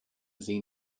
sie